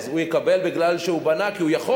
הוא יקבל מפני שהוא בנה כי הוא יכול?